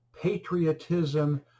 Patriotism